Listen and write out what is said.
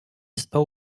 spał